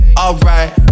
alright